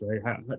right